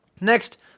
Next